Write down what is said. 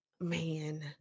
man